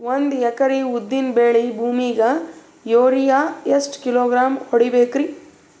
ಒಂದ್ ಎಕರಿ ಉದ್ದಿನ ಬೇಳಿ ಭೂಮಿಗ ಯೋರಿಯ ಎಷ್ಟ ಕಿಲೋಗ್ರಾಂ ಹೊಡೀಬೇಕ್ರಿ?